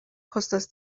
kostas